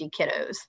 kiddos